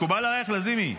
מקובל עלייך, לזימי?